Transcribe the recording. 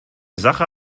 sache